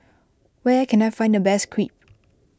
where can I find the best Crepe